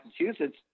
Massachusetts